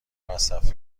مصرف